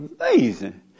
Amazing